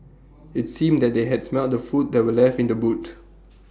IT seemed that they had smelt the food that were left in the boot